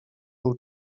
był